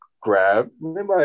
grab